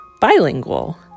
Bilingual